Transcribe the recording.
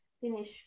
finish